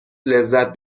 لذت